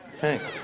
Thanks